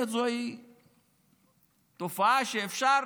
זוהי תופעה שאפשר